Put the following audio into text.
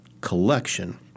collection